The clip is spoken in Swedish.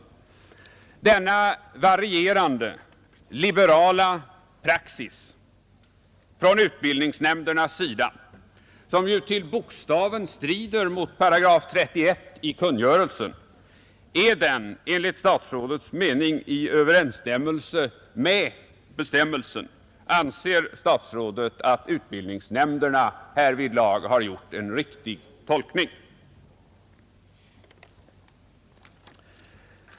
Är denna varierande liberala praxis från utbildningsnämndernas sida, som ju till bokstaven strider mot 31 § i kungörelsen, enligt statsrådets mening i överensstämmelse med bestämmelsen? Anser statsrådet att utbildningsnämnderna härvidlag har gjort en riktig tolkning?